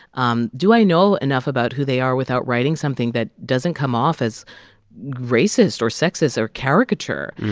um do i know enough about who they are without writing something that doesn't come off as racist or sexist or caricature?